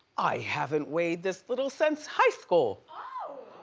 i haven't weighed this little since high school!